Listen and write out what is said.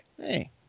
Hey